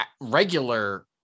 regular